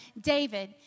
David